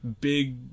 Big